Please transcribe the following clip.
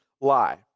lie